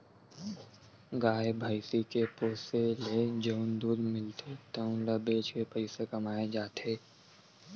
गाय, भइसी के पोसे ले जउन दूद मिलथे तउन ल बेच के पइसा कमाए जाथे